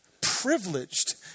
privileged